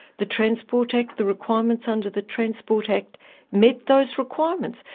the transport act, the requirements under the transport act met those requirements.